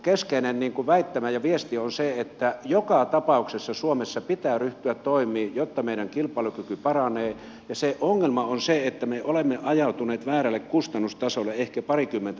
keskeinen väittämä ja viesti on se että joka tapauksessa suomessa pitää ryhtyä toimiin jotta meidän kilpailukyky paranee ja ongelma on se että me olemme ajautuneet väärälle kustannustasolle ehkä parikymmentä prosenttia